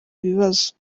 ibibazo